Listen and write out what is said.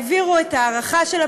העבירו את ההארכה של הפיילוט.